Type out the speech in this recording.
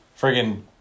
friggin